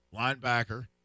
Linebacker